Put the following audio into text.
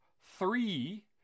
three